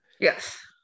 Yes